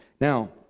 Now